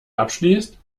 abschließt